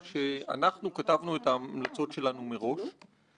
הדוח הזה הוא תולדה של תהליך עבודה.